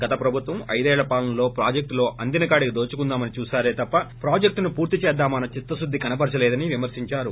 గత ప్రభుత్వం ఐదేళ్ల పాలనలో ప్రాజెక్షులో అందినకాడికి దోచుకుందామని చూశారే తప్ప ప్రాజెక్టును పూర్తి చేద్దామన్స్ చిత్తశుద్ధి కనబరచలేదని విమర్తించారు